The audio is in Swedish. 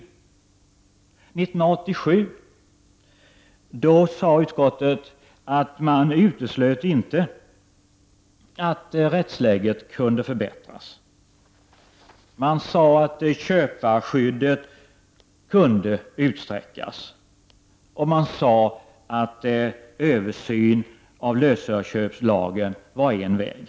År 1987 uttalade utskottet att det inte uteslöt att rättsläget kunde förbättras. Man framhöll att köparskyddet kunde utsträckas och att en översyn av lösöreköplagen var en väg.